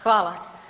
Hvala.